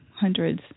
hundreds